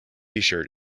tshirt